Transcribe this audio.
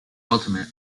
ultimate